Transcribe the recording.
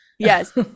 Yes